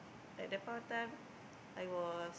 at that point of time I was